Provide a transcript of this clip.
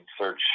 search